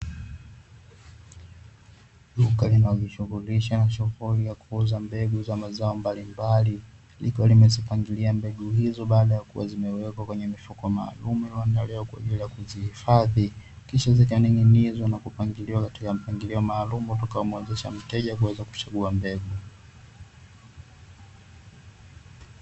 Duka linalojishughulisha na shughuli ya kuuza mbegu za mazao mbalimbali, likiwa limezipangilia mbegu hizo baada ya kuwa zimewekwa kwenye mifuko maalumu iliyoandaliwa kwa ajili ya kuzihifadhi, kisha zikaning'inizwa na kupangiliwa katika mpangilio maalumu utakao muwezesha mteja kuweza kuchagua mbegu.